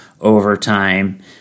overtime